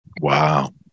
Wow